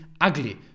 ugly